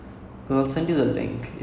K I go check that out later